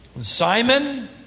Simon